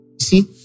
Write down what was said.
see